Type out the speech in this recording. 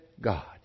God